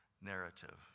narrative